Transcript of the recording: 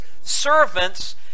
servants